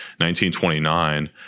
1929